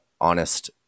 honest